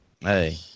Hey